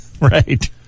Right